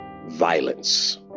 violence